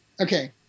okay